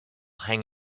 hang